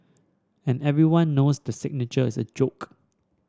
and everyone knows the signature is a joke